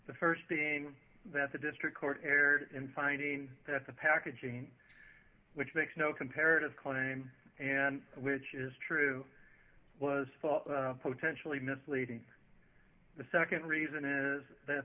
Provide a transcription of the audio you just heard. the st being that the district court erred in finding that the packaging which makes no comparative claim and which is true was potentially misleading the nd reason is that